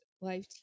Life